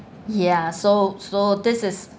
ya so so this is